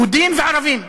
יהודים וערבים.